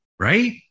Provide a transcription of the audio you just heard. right